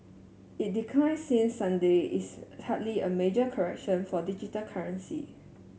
it decline since Sunday is hardly a major correction for digital currency